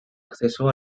acceso